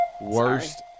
Worst